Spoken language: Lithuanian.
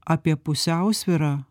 apie pusiausvyrą